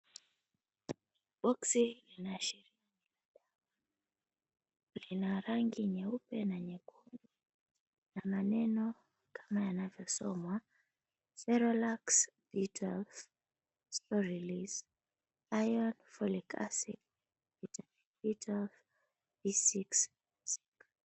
Boksi ya nashi lina rangi nyeupe na nyekundu na maneno kama yanavyosomwa; Ferolax B12 Store Release Iron Pholic Acid B12 B6 Zinc.